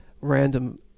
random